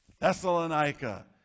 Thessalonica